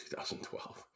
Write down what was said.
2012